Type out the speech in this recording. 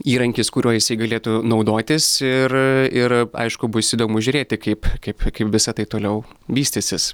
įrankis kuriuo jisai galėtų naudotis ir ir aišku bus įdomu žiūrėti kaip kaip visa tai toliau vystysis